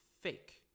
fake